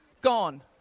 gone